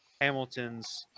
hamilton's